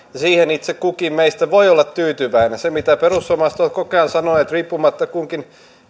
siihen itse kukin meistä voi olla tyytyväinen se mitä perussuomalaiset ovat koko ajan sanoneet riippumatta kunkin